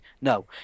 No